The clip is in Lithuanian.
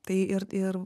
tai ir ir